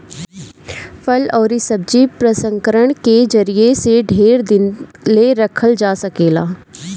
फल अउरी सब्जी के प्रसंस्करण के जरिया से ढेर दिन ले रखल जा सकेला